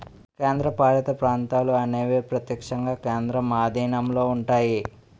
కేంద్రపాలిత ప్రాంతాలు అనేవి ప్రత్యక్షంగా కేంద్రం ఆధీనంలో ఉంటాయి